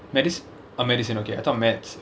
medi~ oh medicine okay I thought mathematics